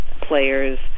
players